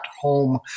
home